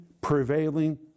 prevailing